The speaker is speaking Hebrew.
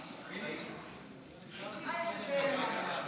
להעסקה בשעות נוספות של עובדי הכנסת